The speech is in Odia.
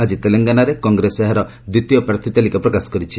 ଆକ୍ଟି ତେଲେଙ୍ଗନାରେ କଂଗ୍ରେସ ଏହାର ଦ୍ୱିତୀୟ ପ୍ରାର୍ଥୀ ତାଲିକା ପ୍ରକାଶ କରିଛି